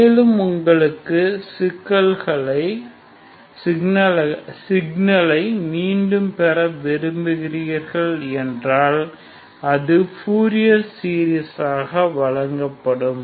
மேலும் உங்களுக்கு உங்கள் சிக்னலை மீண்டும் பெற விரும்புகிறீர்கள் என்றால் அது பூரியர் சீரீஸாக வழங்கப்படுகிறது